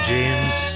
James